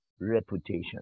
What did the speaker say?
reputation